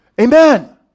Amen